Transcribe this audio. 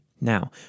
Now